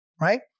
right